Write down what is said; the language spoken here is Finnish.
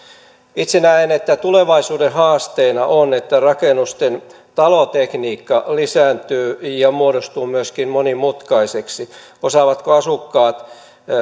itse näen että tulevaisuuden haasteena on että rakennusten talotekniikka lisääntyy ja muodostuu myöskin monimutkaiseksi osaavatko asukkaat